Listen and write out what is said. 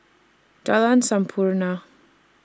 Jalan Sampurna